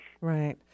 Right